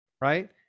Right